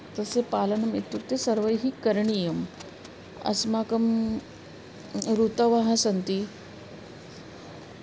तस्य पालनम् इत्युक्ते सर्वैः करणीयम् अस्माकम् ऋतवः सन्ति